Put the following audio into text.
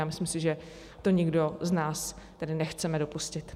A myslím si, že to nikdo z nás nechceme dopustit.